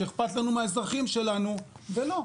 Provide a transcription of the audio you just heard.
שאכפת לנו מהאזרחים שלנו ולא,